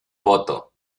foto